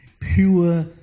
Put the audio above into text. Pure